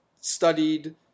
studied